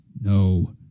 No